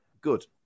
good